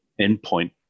endpoint